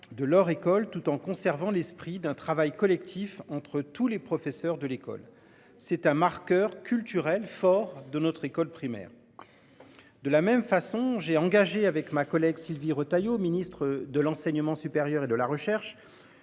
de leur école, tout en conservant l'esprit d'un travail collectif entre tous les professeurs de l'école, c'est un marqueur culturel fort de notre école primaire. De la même façon j'ai engagé avec ma collègue, Sylvie Retailleau Ministre de l'enseignement supérieur et de la recherche.